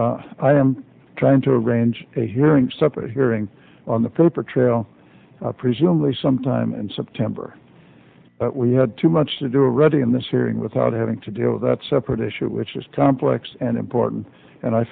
have i am trying to arrange a hearing separate hearing on the paper trail presumably sometime in september we had too much to do a reading in this hearing without having to deal with that separate issue which is complex and important and i